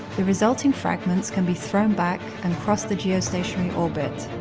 the resulting fragments can be thrown back and cross the geostationary orbit.